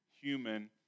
human